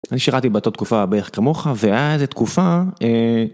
אני שירתי באותה תקופה בערך כמוך והיה איזו תקופה...